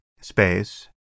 space